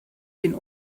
den